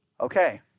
Okay